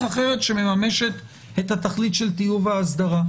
אחרת שמממשת את התכלית של טיוב ההמלצה.